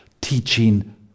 teaching